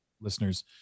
listeners